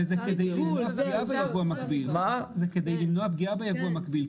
וזה כדי למנוע פגיעה בייבוא המקביל.